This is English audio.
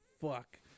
fuck